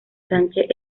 sánchez